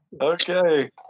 Okay